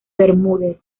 bermúdez